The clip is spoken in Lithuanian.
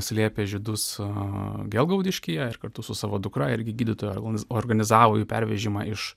slėpė žydus gel gaudiškyje ir kartu su savo dukra irgi gydytoja organizavo jų pervežimą iš